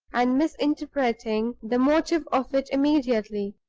and misinterpreting the motive of it immediately.